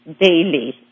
daily